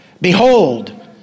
Behold